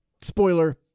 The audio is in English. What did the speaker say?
Spoiler